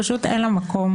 פשוט אין לה מקום.